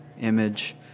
image